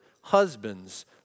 husbands